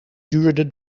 tuurde